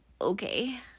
okay